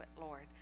Lord